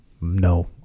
no